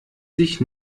sich